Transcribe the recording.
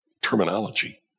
terminology